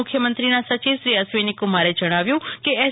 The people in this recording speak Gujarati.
મુખ્યમંત્રીના સચિવ શ્રી અશ્વિની કુમારે જણાવ્યું કે એસ